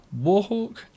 Warhawk